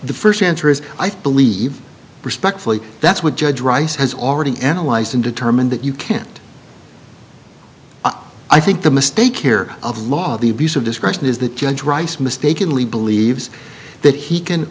the first answer is i believe respectfully that's what judge rice has already analyzed and determined that you can't i think the mistake here of law the abuse of discretion is the judge rice mistakenly believes that he can